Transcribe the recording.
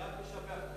אני רק משבח אותך.